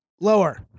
Lower